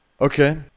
Okay